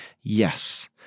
Yes